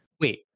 Wait